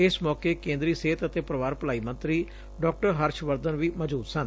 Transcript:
ਇਸ ਮੌਕੇ ਕੇਂਦਰੀ ਸਿਹਤ ਅਤੇ ਪਰਿਵਾਰ ਭਲਾਈ ਮੰਤਰੀ ਡਾ ਹਰਸ਼ਵਰਧਨ ਵੀ ਮੌਜੂਦ ਸਨ